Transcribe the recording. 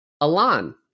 Alan